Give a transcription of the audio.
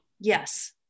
Yes